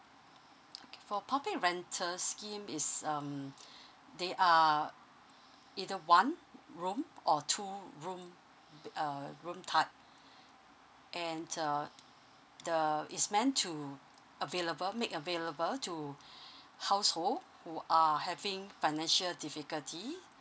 okay for public rental scheme is um they are either one room or two room uh room type and uh the is meant to available make available to household who are having financial difficulty